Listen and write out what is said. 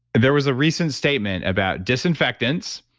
there was a recent statement about disinfectants,